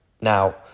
Now